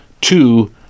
Two